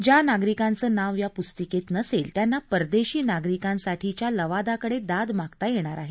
ज्या नागरिकांचे नाव या पुस्तिकेत नसेल त्यांना परदेशी नागरिकांसाठीच्या लवादाकडे दाद मागता येणार आहे